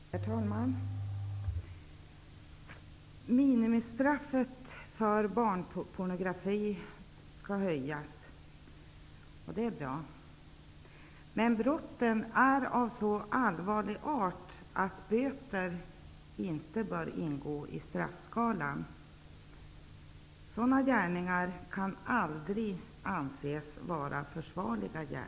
Herr talman! Minimistraffet för barnpornografi skall höjas. Det är bra. Men brotten är av en sådan allvarlig art att böter inte bör ingå i straffskalan. Sådana gärningar kan aldrig anses vara försvarliga.